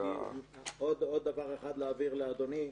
עוד דבר אחד להבהיר לאדוני.